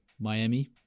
Miami